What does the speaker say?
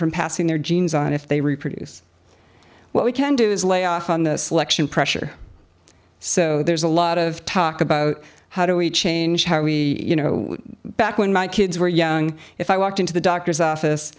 from passing their genes on if they reproduce what we can do is lay off on the selection pressure so there's a lot of talk about how do we change how we you know back when my kids were young if i walked into the doctor's office